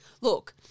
Look